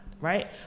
right